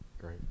Great